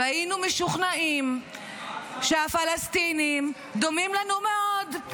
והיינו משוכנעים שהפלסטינים דומים לנו מאוד.